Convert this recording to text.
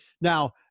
Now